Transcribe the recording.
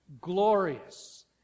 glorious